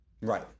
Right